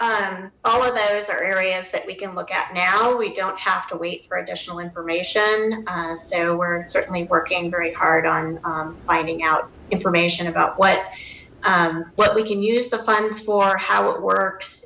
so all of those are areas that we can look at now we don't have to wait for additional information so we're certainly working very hard on finding out information about what what we can use the funds for how it works